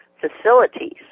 facilities